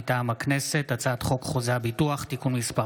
מטעם הכנסת: הצעת חוק חוזה הביטוח (תיקון מס'